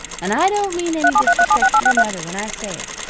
and i don't mean any disrespect to your mother when i say it.